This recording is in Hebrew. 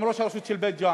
גם ראש הרשות של בית-ג'ן,